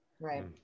Right